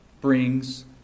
brings